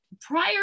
prior